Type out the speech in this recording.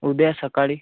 उद्या सकाळी